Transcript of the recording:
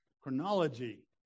chronology